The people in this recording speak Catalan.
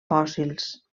fòssils